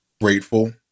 grateful